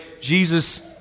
Jesus